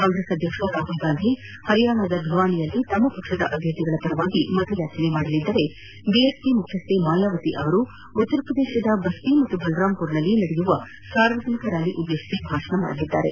ಕಾಂಗ್ರೆಸ್ ಅಧ್ಯಕ್ಷ ರಾಹುಲ್ ಗಾಂಧಿ ಹರಿಯಾಣದ ಭಿವಾನಿಯಲ್ಲಿ ತಮ್ಮ ಪಕ್ಷದ ಅಭ್ಯರ್ಥಿಗಳ ಪರ ಮತಯಾಚನೆ ಮಾಡಲಿದ್ದರೆ ಬಿಎಸ್ಪಿ ಮುಖ್ಯಸ್ಥೆ ಮಾಯಾವತಿ ಅವರು ಉತ್ತರಪ್ರದೇಶದ ಬಸ್ತಿ ಮತ್ತು ಬಲ್ರಾಮ್ಪುರ್ಗಳಲ್ಲಿ ನಡೆಯಲಿರುವ ಸಾರ್ವಜನಿಕ ರ್ಯಾಲಿ ಉದ್ದೇಶಿಸಿ ಭಾಷಣ ಮಾಡಲಿದ್ದಾರೆ